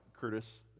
curtis